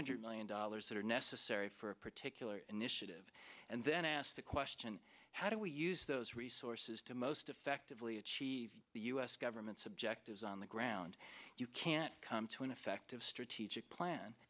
hundred million dollars that are necessary for a particular initiative and then ask the question how do we use those resources to most effectively achieve the u s government's objectives on the ground you can't come to an effective strategic plan